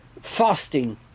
fasting